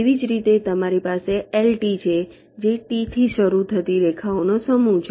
તેવી જ રીતે તમારી પાસે LT છે જે T થી શરૂ થતી રેખાઓનો સમૂહ છે